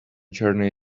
journey